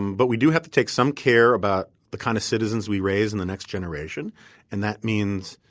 but we do have to take some care about the kind of citizens we raise in the next generation and that means